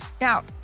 Now